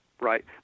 right